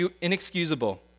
inexcusable